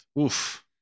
Oof